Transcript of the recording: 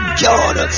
god